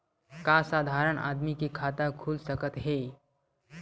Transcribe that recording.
का साधारण आदमी के खाता खुल सकत हे?